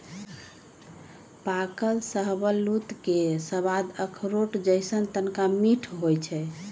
पाकल शाहबलूत के सवाद अखरोट जइसन्न तनका मीठ होइ छइ